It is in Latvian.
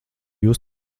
jūs